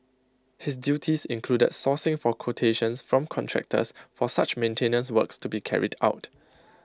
his duties included sourcing for quotations from contractors for such maintenance works to be carried out